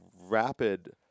rapid